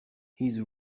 his